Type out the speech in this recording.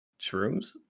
shrooms